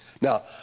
Now